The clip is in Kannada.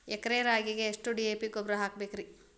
ಎಕರೆ ರಾಗಿಗೆ ಎಷ್ಟು ಡಿ.ಎ.ಪಿ ಗೊಬ್ರಾ ಹಾಕಬೇಕ್ರಿ?